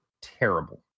terrible